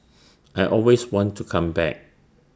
I always want to come back